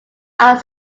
are